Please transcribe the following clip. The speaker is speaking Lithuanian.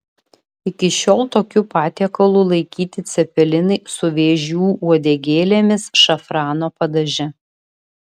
iki šiol tokiu patiekalu laikyti cepelinai su vėžių uodegėlėmis šafrano padaže